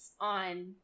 on